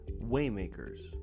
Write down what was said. Waymakers